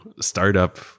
startup